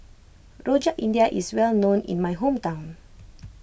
Rojak India is well known in my hometown